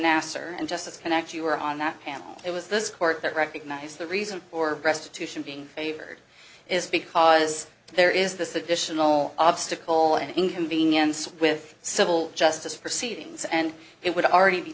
nasser and justice connect you were on that panel it was this court that recognized the reason for restitution being favored is because there is this additional obstacle and inconvenience with civil justice proceedings and it would already be